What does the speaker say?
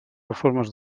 reformes